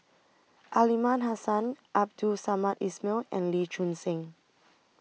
Aliman Hassan Abdul Samad Ismail and Lee Choon Seng